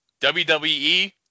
WWE